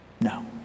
No